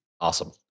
Awesome